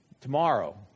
tomorrow